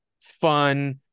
fun